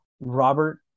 Robert